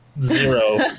Zero